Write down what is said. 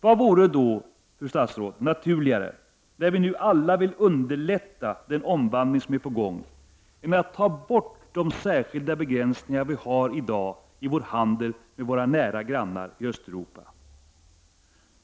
Vad vore då naturligare, fru statsråd, när vi nu alla vill underlätta den omvandling som är på gång, än att ta bort de särskilda begränsningar vi har i vår handel med våra nära grannar i Östeuropa?